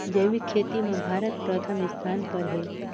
जैविक खेती म भारत प्रथम स्थान पर हे